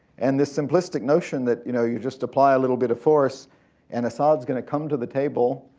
and this simplistic notion that, you know, you just apply a little bit of force and assads going to come to the table,